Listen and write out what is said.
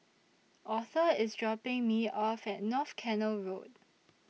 Author IS dropping Me off At North Canal Road